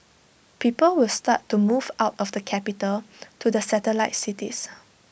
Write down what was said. people will start to move out of the capital to the satellite cities